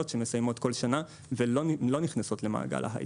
שמסיימות כל שנה ולא נכנסות למעגל ההייטק.